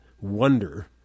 wonder